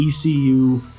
ECU